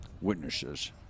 Witnesses